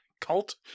cult